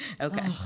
Okay